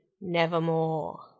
nevermore